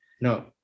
No